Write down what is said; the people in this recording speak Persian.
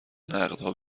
نقدها